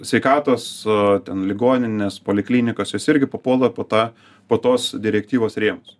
sveikatos ten ligoninės poliklinikos jos irgi papuola po ta po tos direktyvos rėmus